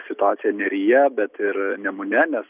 situaciją neryje bet ir nemune nes